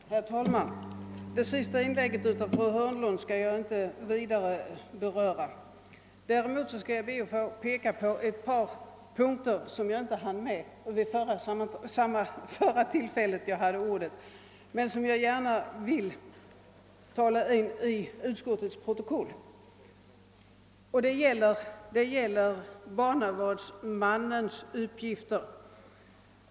Herr talman! Det sista inlägget av fru Hörnlund skall jag inte vidare beröra. Däremot skall jag be att få peka på ett par punkter som jag inte hann med vid det förra tillfälle då jag hade ordet men som jag gärna vill få in i kammarens protokoll. Det gäller barnavårdsmannens uppgifter.